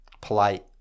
polite